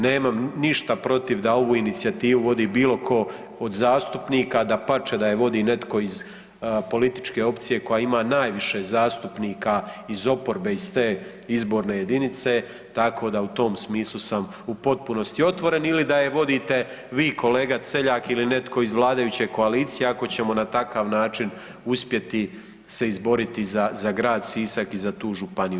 Nemam ništa protiv da ovu inicijativu vodi bilo ko od zastupnika, dapače da je vodi netko iz političke opcije koja ima najviše zastupnika iz oporbe iz te izborne jedinice, tako da u tom smislu sam u potpunosti otvoren ili da je vodite vi kolega Celjak ili netko iz vladajuće koalicije ako ćemo na takav način uspjeti se izboriti za, za grad Sisak i za tu županiju.